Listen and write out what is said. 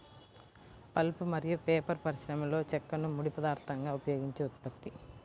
pulp మరియు paper పరిశ్రమలోచెక్కను ముడి పదార్థంగా ఉపయోగించే ఉత్పత్తి